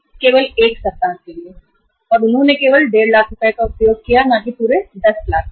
सिर्फ 1 हफ्ते के लिए और उन्होंने केवल 15 लाख रुपए इस्तेमाल किए ना कि पूरे 10 लाख रुपए